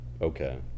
Okay